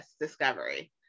Discovery